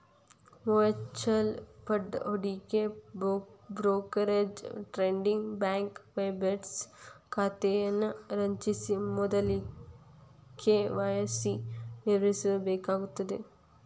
mutual fund ಹೂಡಿಕೆ brokerage trading bank website ಖಾತೆಯನ್ನ ರಚಿಸ ಮೊದ್ಲ ಕೆ.ವಾಯ್.ಸಿ ನಿರ್ವಹಿಸಬೇಕಾಗತ್ತ